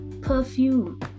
perfume